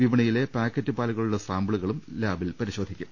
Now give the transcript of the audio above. വിപ ണിയിലെ പാക്കറ്റ് പാലുകളുടെ സാമ്പിളുകളും ലാബുകളിൽ പരിശോധിക്കും